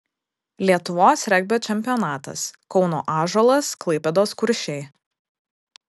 lietuvos regbio čempionatas kauno ąžuolas klaipėdos kuršiai